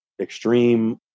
extreme